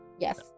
Yes